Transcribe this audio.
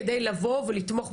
כדי לבוא ולתמוך,